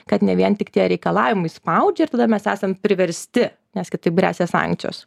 kad ne vien tik tie reikalavimai spaudžia ir tada mes esam priversti nes kitaip gresia sankcijos